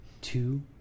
two